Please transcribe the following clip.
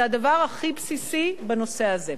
זה הדבר הכי בסיסי בנושא הזה.